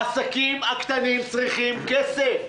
העסקים הקטנים צריכים כסף.